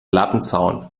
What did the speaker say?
lattenzaun